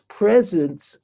presence